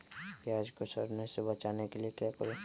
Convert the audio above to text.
प्याज को सड़ने से बचाने के लिए क्या करें?